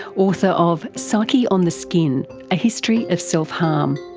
author of psyche on the skin a history of self-harm.